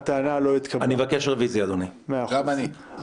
אין טענת נושא חדש של חבר הכנסת אלי אבידר לא נתקבלה.